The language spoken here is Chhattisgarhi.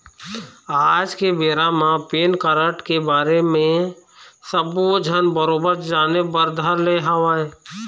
आज के बेरा म पेन कारड के बारे म सब्बो झन बरोबर जाने बर धर ले हवय